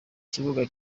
kibuga